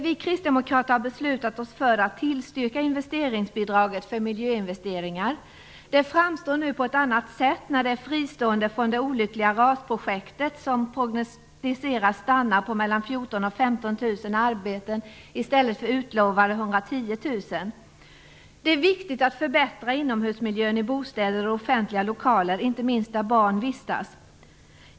Vi kristdemokrater har beslutat oss för att tillstyrka investeringsbidraget för miljöinvesteringar. Det framstår på ett annat sätt nu när det är fristående från det olyckliga RAS-projektet som prognostiseras stanna på mellan 14 000 och 15 000 arbeten i stället för utlovade 110 000 arbeten. Det är viktigt att förbättra inomhusmiljön i bostäder och offentliga lokaler, inte minst där barn vistas.